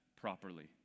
properly